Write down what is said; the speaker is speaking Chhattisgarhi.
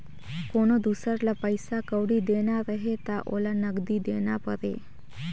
कोनो दुसर ल पइसा कउड़ी देना रहें त ओला नगदी देना परे